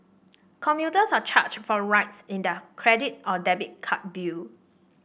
commuters are charged for rides in their credit or debit card bill